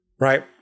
Right